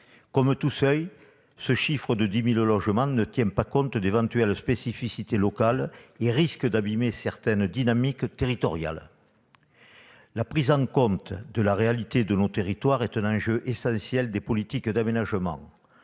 Comme tout seuil, ce chiffre de 10 000 logements ne tient pas compte d'éventuelles spécificités locales et risque d'abîmer certaines dynamiques territoriales. La prise en compte de la réalité de nos territoires est un enjeu essentiel des politiques d'aménagement.